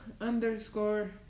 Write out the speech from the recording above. underscore